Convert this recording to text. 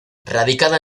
radicada